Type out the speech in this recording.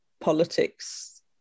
politics